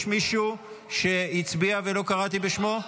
יש מישהו שהצביע ולא קראתי בשמו?